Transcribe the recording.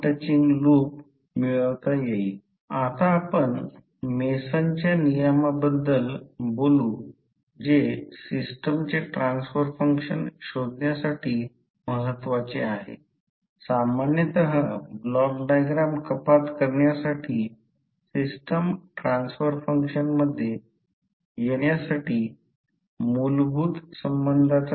तर त्या प्रकरणात फॅराडेच्या लॉनुसारFaraday's law म्हणून कॉईल मध्ये तयार झालेले व्होल्टेज हे टर्न N सोबत प्रपोर्शनल असेल आणि मॅग्नेटिक फ्लक्स बदलण्याचा टाईम रेट माहित आहेv N d ∅ d t